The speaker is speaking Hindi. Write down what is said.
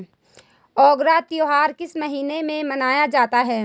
अगेरा त्योहार किस महीने में मनाया जाता है?